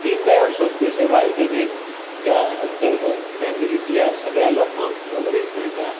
दीन दयाल स्वस्थ सेवा योजनेत च्या अंतरगत फेमिलींतल्या त्या सगळ्या लोकांक कवरेज मेळटा